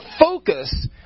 focus